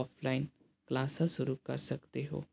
offline classes ਸ਼ੁਰੂ ਕਰ ਸਕਦੇ ਹੋ